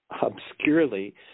obscurely